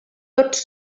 tots